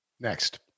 Next